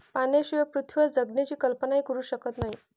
पाण्याशिवाय पृथ्वीवर जगण्याची कल्पनाही करू शकत नाही